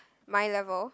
my level